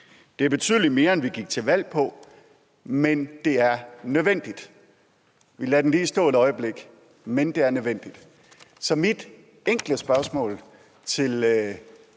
Det er betydelig mere, end vi gik til valg på, men det er nødvendigt. Vi lader den lige stå et øjeblik – men det er nødvendigt. Så mit enkle spørgsmål til